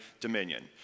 dominion